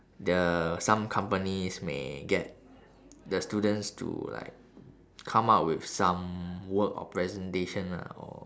the some companies may get the students to like come up with some work or presentation lah or